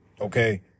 okay